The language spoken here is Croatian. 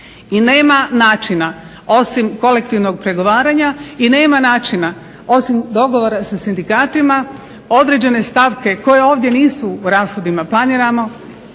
i nema načina osim kolektivnog pregovaranja i nema načina osim dogovora sa sindikatima određene stavke koje ovdje nisu u rashodima planirane